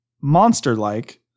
monster-like